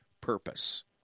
purpose